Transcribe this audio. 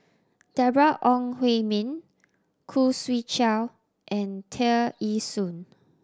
Deborah Ong Hui Min Khoo Swee Chiow and Tear Ee Soon